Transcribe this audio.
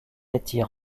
attire